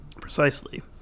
Precisely